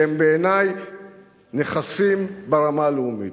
שהם בעיני נכסים ברמה הלאומית.